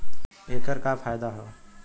ऐकर का फायदा हव?